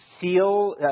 seal